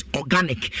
organic